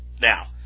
now